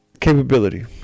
Capability